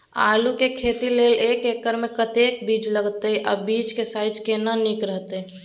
आलू के खेती लेल एक एकर मे कतेक बीज लागत आ बीज के साइज केना नीक रहत?